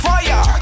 Fire